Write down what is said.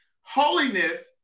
Holiness